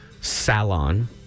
salon